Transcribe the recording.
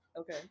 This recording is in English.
Okay